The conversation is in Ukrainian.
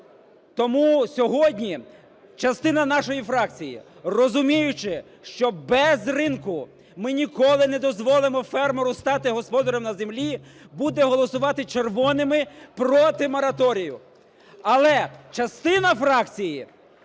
Тому сьогодні частина нашої фракції, розуміючи, що без ринку ми ніколи не дозволимо фермеру стати господарем на землі, буде голосувати червоними проти мораторію. Але частина фракції